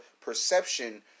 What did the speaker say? perception